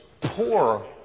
poor